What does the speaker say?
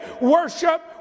worship